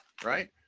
right